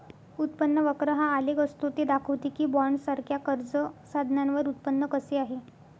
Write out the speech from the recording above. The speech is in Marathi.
उत्पन्न वक्र हा आलेख असतो ते दाखवते की बॉण्ड्ससारख्या कर्ज साधनांवर उत्पन्न कसे आहे